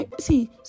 See